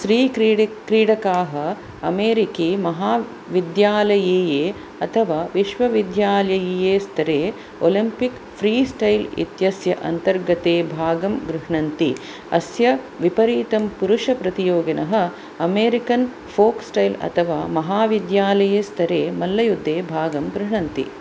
स्त्री क्री क्रीडकाः अमेरिकीमहाविद्यालयीये अथवा विश्वविद्यालयीये स्तरे ओलिम्पिक् फ़्रीस्टैल् इत्यस्य अन्तर्गते भागं गृह्णन्ति अस्य विपरीतं पुरुषप्रतियोगिनः अमेरिकन् फ़ोक् स्टैल् अथवा महाविद्यालयस्तरे मल्लयुद्धे भागं गृह्णन्ति